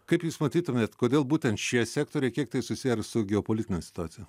kaip jūs matytumėt kodėl būtent šie sektoriai kiek tai susiję su geopolitine situacija